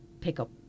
pickup